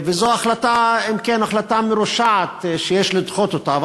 וזו, אם כן, החלטה מרושעת שיש לדחות אותה.